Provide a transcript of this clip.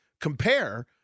compare